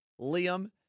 Liam